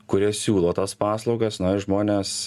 kurie siūlo tas paslaugas nori žmonės